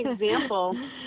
example